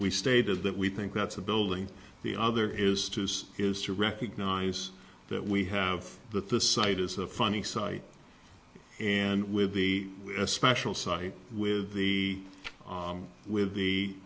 we stated that we think that's a building the other is to is to recognize that we have that the site is a funny site and will be a special site with the with the